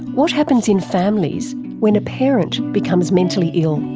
what happens in families when a parent becomes mentally ill?